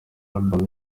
album